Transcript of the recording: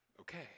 okay